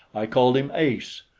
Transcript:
i called him ace.